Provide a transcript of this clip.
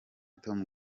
tom